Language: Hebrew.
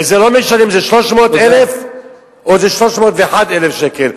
וזה לא משנה אם זה 300,000 או 301,000 שקל.